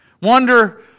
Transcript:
Wonder